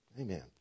Amen